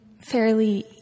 fairly